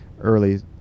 early